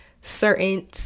certain